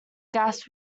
gas